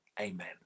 Amen